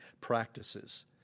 practices